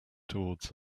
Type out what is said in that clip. towards